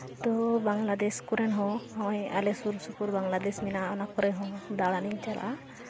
ᱛᱚ ᱵᱟᱝᱞᱟᱫᱮᱥ ᱠᱚᱨᱮᱱ ᱦᱚᱸ ᱦᱚᱸᱜᱼᱚᱭ ᱟᱞᱮ ᱥᱩᱨᱼᱥᱩᱯᱩᱨ ᱵᱟᱝᱞᱟᱫᱮᱥ ᱢᱮᱱᱟᱜᱼᱟ ᱚᱱᱟ ᱠᱚᱨᱮᱦᱚᱸ ᱫᱟᱬᱟᱱᱤᱧ ᱪᱟᱞᱟᱜᱼᱟ